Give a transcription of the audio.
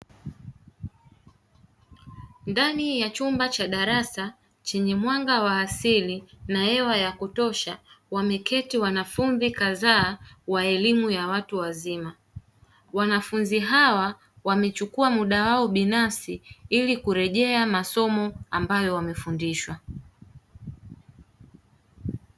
Ndani ya chumba cha darasa chenye mwanga wa asili na hewa ya kutosha wameketi wanafunzi kadhaa wa elimu ya watu wazima. Wanafunzi hawa wamechukua muda wao binafsi ili kurejea masomo ambayo wamefundishwa.